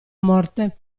morte